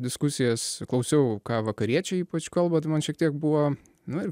diskusijas klausiau ką vakariečiai ypač kalba tai man šiek tiek buvo nu ir